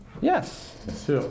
Yes